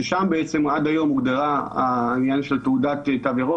ששם בעצם עד היום הוגדר עניין של תעודת תו ירוק,